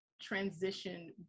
transition